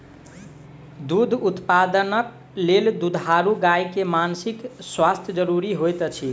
दूध उत्पादनक लेल दुधारू गाय के मानसिक स्वास्थ्य ज़रूरी होइत अछि